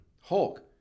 Hulk